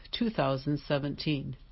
2017